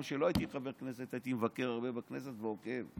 גם כשלא הייתי חבר כנסת הייתי מבקר הרבה בכנסת ועוקב.